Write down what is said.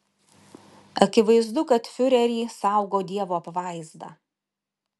akivaizdu kad fiurerį saugo dievo apvaizda